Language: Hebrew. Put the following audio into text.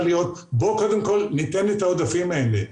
להיות קודם כל לתת את העודפים האלה.